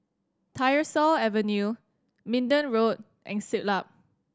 Tyersall Avenue Minden Road and Siglap